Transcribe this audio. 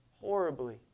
horribly